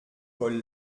paul